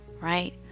right